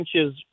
inches